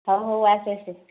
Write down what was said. ହଉ ହଉ ଆସେ ଆସେ